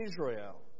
Israel